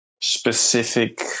specific